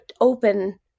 open